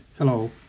Hello